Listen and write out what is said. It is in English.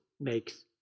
makes